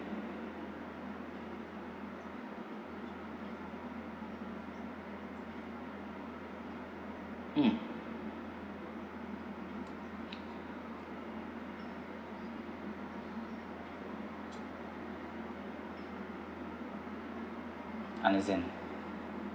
mm understand